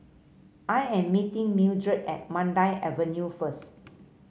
I am meeting Mildred at Mandai Avenue first